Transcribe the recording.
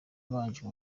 yabanje